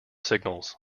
signals